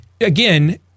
Again